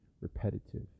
repetitive